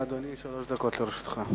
בבקשה, אדוני, שלוש דקות לרשותך.